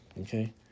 Okay